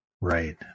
Right